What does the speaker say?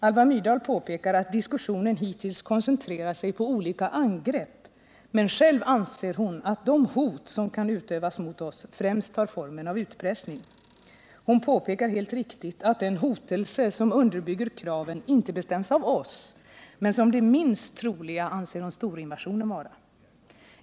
Alva Myrdal påpekar att diskussionen hittills koncentrerats på olika angrepp, men själv anser hon att de hot som kan utövas mot oss främst tar formen av utpressning. Hon påpekar helt riktigt att den hotelse som underbygger kraven inte bestäms av oss, men som det minst troliga anser hon storinvasionen vara.